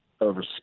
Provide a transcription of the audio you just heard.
over